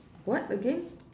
what again